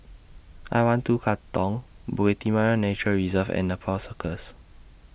I one two Katong Bukit Timah Nature Reserve and Nepal Circus